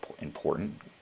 important